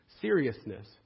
seriousness